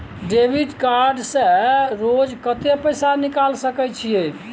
Debit card से रोज कत्ते पैसा निकाल सके छिये?